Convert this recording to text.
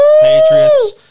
Patriots